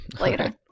later